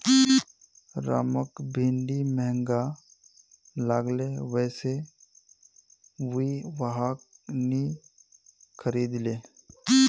रामक भिंडी महंगा लागले वै स उइ वहाक नी खरीदले